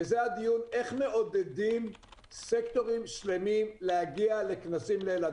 וזה הדיון איך מעודדים סקטורים שלמים להגיע לכנסים לאילת.